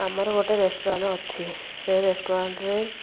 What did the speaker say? ଆମର ଗୋଟେ ରେଷ୍ଟୁରାଣ୍ଟ ଅଛି ସେ ରେଷ୍ଟୁରାଣ୍ଟରେ